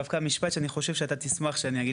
דווקא משפט שאני חושב שאתה תשמח שאני אגיד.